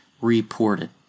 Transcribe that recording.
reported